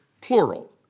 plural